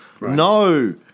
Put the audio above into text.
no